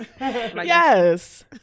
Yes